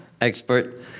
expert